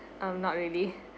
um not really